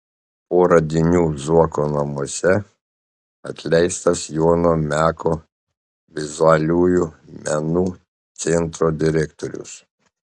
po radinių zuoko namuose atleistas jono meko vizualiųjų menų centro direktorius